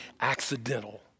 accidental